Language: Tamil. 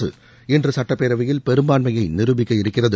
அரசு இன்று சட்டப்பேரவையில் பெரும்பான்மையை நிருபிக்க இருக்கிறது